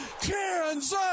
Kansas